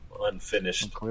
unfinished